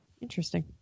Interesting